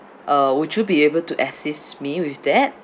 uh would you be able to assist me with that